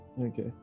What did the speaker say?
Okay